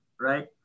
right